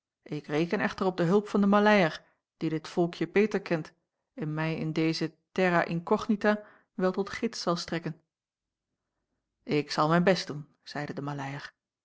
ik reken echter op de hulp van den maleier die dit volkje beter kent en mij in deze terra incognita wel tot gids zal strekken ik zal mijn best doen zeide de maleier